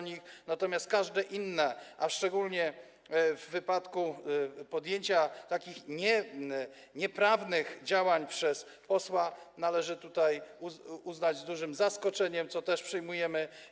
Natomiast każde inne - szczególnie w wypadku podjęcia takich nieprawnych działań przez posła - należy tutaj uznać za duże zaskoczenie, i tak to przyjmujemy.